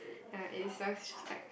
yeah it is always just like